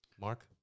Mark